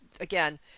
again